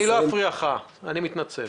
אני לא אפריע לך, ואני מתנצל.